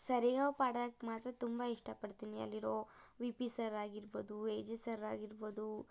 ಸರಿಗಮಪ ಹಾಡಕ್ಕೆ ಮಾತ್ರ ತುಂಬ ಇಷ್ಟಪಡ್ತೀನಿ ಅಲ್ಲಿರೋ ವಿ ಪಿ ಸರ್ ಆಗಿರ್ಬೊದು ಎ ಜೆ ಸರ್ ಆಗಿರ್ಬೊದು